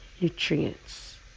nutrients